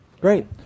great